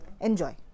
enjoy